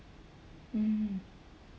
mm